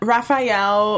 Raphael